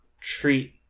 treat